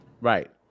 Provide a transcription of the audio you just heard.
Right